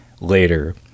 later